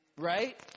Right